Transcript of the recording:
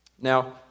Now